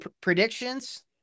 predictions